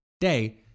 day